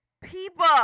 people